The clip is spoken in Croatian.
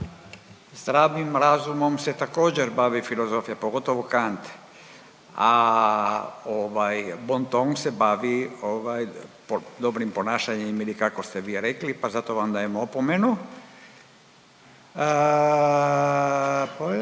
Zdravim razumom se također, bavi filozofija, pogotovo Kant, a ovaj, bonton se bavi, ovaj dobrim ponašanjem ili kako ste vi rekli pa zato vam dajem opomenu. I sad